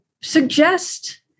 suggest